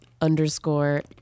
underscore